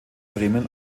bremen